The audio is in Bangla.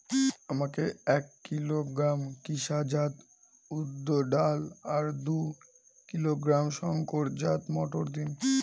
আমাকে এক কিলোগ্রাম কৃষ্ণা জাত উর্দ ডাল আর দু কিলোগ্রাম শঙ্কর জাত মোটর দিন?